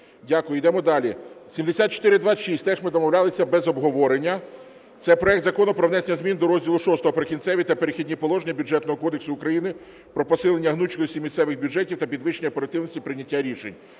Дякую. Йдемо далі. 7426, теж ми домовлялися без обговорення. Це проект Закону про внесення змін до розділу VI "Прикінцеві та перехідні положення" Бюджетного кодексу України про посилення гнучкості місцевих бюджетів та підвищення оперативності прийняття рішень.